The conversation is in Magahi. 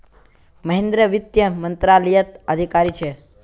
महेंद्र वित्त मंत्रालयत अधिकारी छे